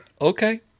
Okay